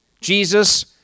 Jesus